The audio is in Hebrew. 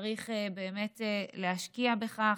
וצריך להשקיע בכך.